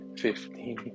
fifteen